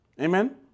Amen